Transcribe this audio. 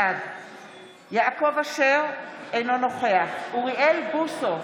בעד יעקב אשר, אינו נוכח אוריאל בוסו,